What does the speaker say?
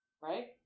right